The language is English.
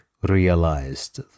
realized